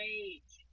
age